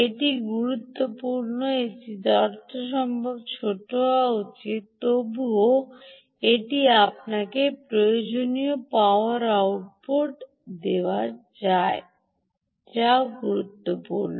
এটা গুরুত্বপূর্ণ এটি যতটা সম্ভব ছোট হওয়া উচিত তবুও এটি আপনাকে প্রয়োজনীয় পাওয়ার আউটপুট দেয় যা গুরুত্বপূর্ণ